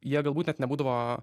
jie galbūt net nebūdavo